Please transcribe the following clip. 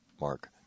mark